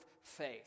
faith